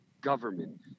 government